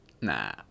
Nah